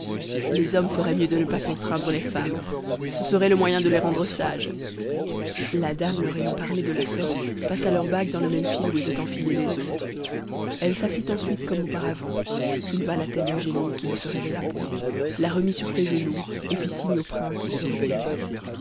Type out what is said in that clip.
les hommes feraient mieux de ne pas contraindre les femmes ce serait le moyen de les rendre sages la dame leur ayant parlé de la sorte passa leurs bagues dans le même fil où étaient enfilées les autres elle s'assit ensuite comme auparavant souleva la tête du génie qui ne se réveilla point la remit sur ses genoux et fit signe aux princes de se retirer